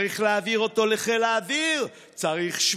צריך להעביר אותו לחיל האוויר,